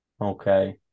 Okay